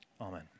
Amen